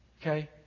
Okay